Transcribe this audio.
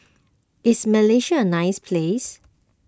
is Malaysia a nice place